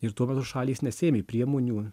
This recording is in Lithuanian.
ir tuo metu šalys nesiėmė priemonių